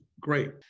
great